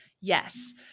Yes